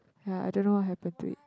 ya I don't know what happen to it